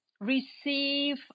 receive